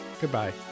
Goodbye